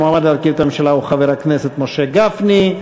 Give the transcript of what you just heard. המועמד להרכיב את הממשלה הוא חבר הכנסת משה גפני.